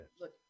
Look